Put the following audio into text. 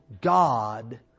God